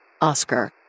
Oscar